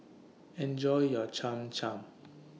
Enjoy your Cham Cham